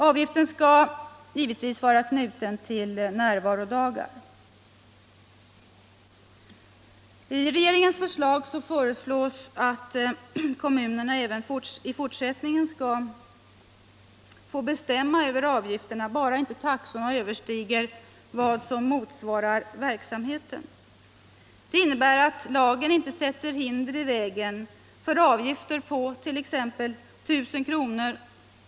Avgiften skall givetvis vara knuten till närvarodagar. I regeringens förslag föreslås att kommunerna även i fortsättningen skall få bestämma över avgifterna vad som motsvarar verksamheten”. Det bara inte taxorna överstiger innebär att lagen inte lägger hinder i vägen för avgifter på t.ex. 1 000 kr.